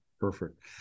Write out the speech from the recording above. Perfect